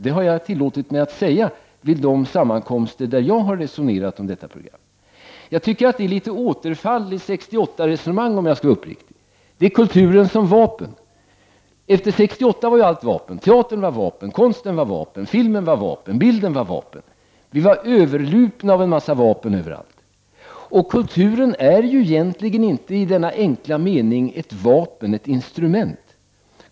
Det har jag tillåtit mig att säga vid de sammankomster där jag har resonerat om detta program. Det är litet av ett återfall i 68-resonemang, om jag skall vara uppriktig. Det är kulturen som vapen. Efter 1968 var allt vapen. Teatern var vapen, konsten var vapen, filmen var vapen och bilden var vapen. Vi var överlupna av en massa vapen överallt. Kulturen är ju egentligen inte i denna enkla mening ett vapen, ett instrument.